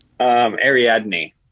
ariadne